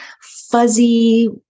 fuzzy